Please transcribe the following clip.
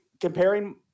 comparing